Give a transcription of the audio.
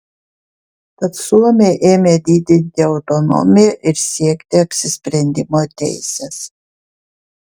tad suomiai ėmė didinti autonomiją ir siekti apsisprendimo teisės